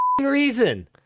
reason